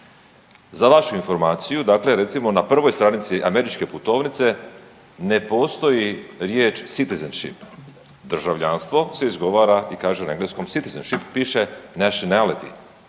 Za vašu informaciju dakle recimo na prvoj stranici američke putovnice ne postoji riječ citizenship (državljanstvo) se izgovara i kaže na engleskom citizenship piše nationality,